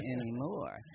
anymore